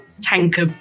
tanker